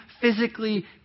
physically